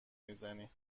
میزنی